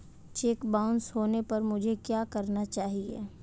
Check bounce होने पर मुझे क्या करना चाहिए?